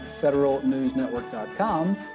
federalnewsnetwork.com